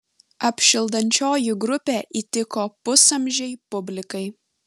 apšildančioji grupė įtiko pusamžei publikai